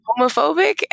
homophobic